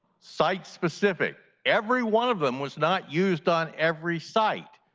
site-specific, every one of them was not used on every site,